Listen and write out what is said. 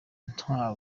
nta